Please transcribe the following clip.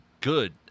good